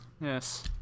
Yes